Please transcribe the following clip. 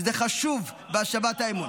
שזה חשוב להשבת האמון.